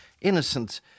innocent